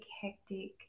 hectic